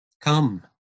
Come